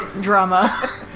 drama